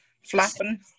flapping